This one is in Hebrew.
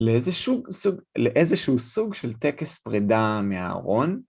לאיזשהו סוג של טקס פרידה מהארון?